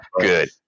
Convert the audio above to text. Good